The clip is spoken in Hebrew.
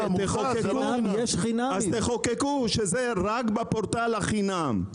אז תחוקקו שזה רק בפורטל החינמי.